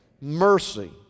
Mercy